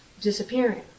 disappearing